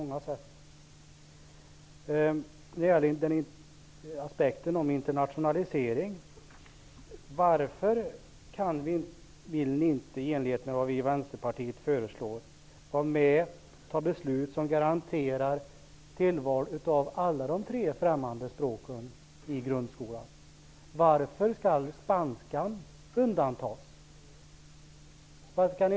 Varför vill inte regeringen vara med om att fatta beslut som garanterar tillval av alla de tre främmande språken i grundskolan i enlighet med vad vi i Vänsterpartiet föreslår?